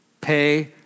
Pay